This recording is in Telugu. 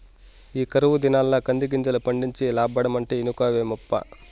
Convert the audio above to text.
ఈ కరువు దినాల్ల కందిగింజలు పండించి లాబ్బడమంటే ఇనుకోవేమప్పా